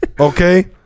okay